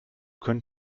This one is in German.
kann